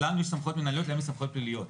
לנו יש סמכויות מנהליות ולהם יש סמכויות פליליות.